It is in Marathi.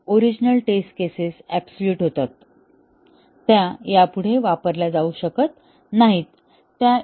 काही ओरिजिनल टेस्ट केसेस आबसोलेट होतात त्या यापुढे वापरल्या जाऊ शकत नाहीत